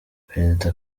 perezida